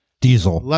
Diesel